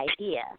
idea